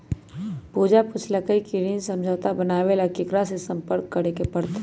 पूजा पूछल कई की ऋण समझौता बनावे ला केकरा से संपर्क करे पर तय?